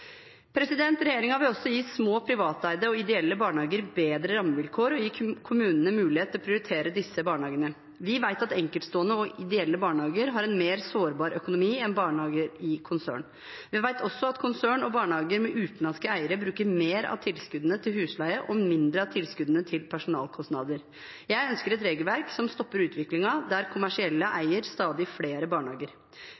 ideelle barnehager bedre rammevilkår og gi kommunene mulighet til å prioritere disse barnehagene. Vi vet at enkeltstående og ideelle barnehager har en mer sårbar økonomi enn barnehager i konsern. Vi vet også at konsern og barnehager med utenlandske eiere bruker mer av tilskuddene til husleie og mindre av tilskuddene til personalkostnader. Jeg ønsker et regelverk som stopper utviklingen der kommersielle